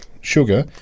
sugar